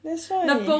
that's why